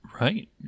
Right